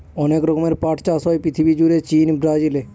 অনেক রকমের পাট চাষ হয় পৃথিবী জুড়ে চীন, ব্রাজিলে